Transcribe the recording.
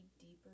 deeper